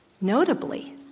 Notably